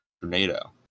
tornado